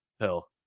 Hell